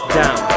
down